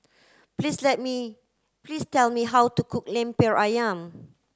please tell me please tell me how to cook Lemper Ayam